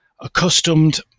accustomed